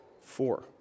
four